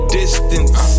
distance